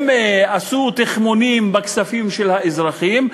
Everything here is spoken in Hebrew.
הם עשו תכמונים בכספים של האזרחים,